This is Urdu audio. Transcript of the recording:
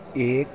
ایک